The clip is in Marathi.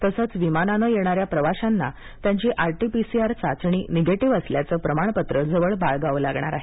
तसंच विमानानं येणाऱ्या प्रवाशांना त्याची आरटी पीसीआर चाचणी निगेटिव्ह असल्याचं प्रमाणपत्र जवळ बाळगावं लागणार आहे